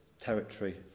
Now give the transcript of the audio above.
territory